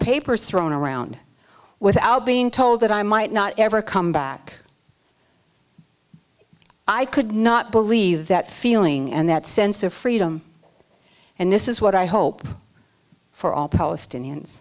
papers thrown around without being told that i might not ever come back i could not believe that feeling and that sense of freedom and this is what i hope for all palestinians